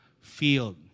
field